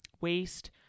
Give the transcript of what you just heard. waste